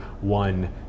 one